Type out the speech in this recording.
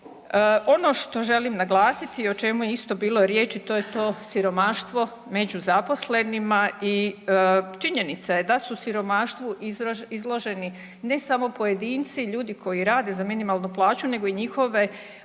Ono što želim naglasiti i o čemu je isto bilo riječi to je to siromaštvo među zaposlenima i činjenica je da su siromaštvu izloženi ne samo pojedinci, ljudi koji rade za minimalnu plaću nego i njihove